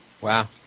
Wow